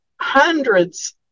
hundreds